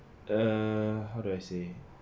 err how do I say